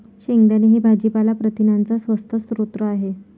शेंगदाणे हे भाजीपाला प्रथिनांचा स्वस्त स्रोत आहे